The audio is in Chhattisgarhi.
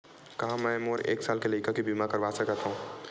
का मै मोर एक साल के लइका के बीमा करवा सकत हव?